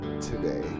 today